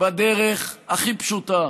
בדרך הכי פשוטה: